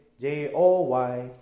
J-O-Y